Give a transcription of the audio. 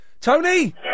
Tony